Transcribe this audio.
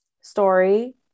story